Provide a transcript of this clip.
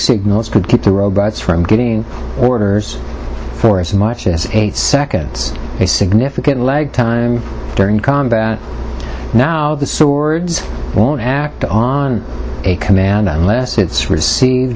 signals could keep the robots from getting orders for as much as eight seconds a significant leg time during combat now the swords won't act on a command less it's received